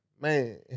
Man